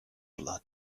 blood